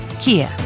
Kia